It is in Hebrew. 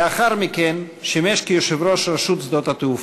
לאחר מכן שימש כיושב-ראש רשות שדות התעופה.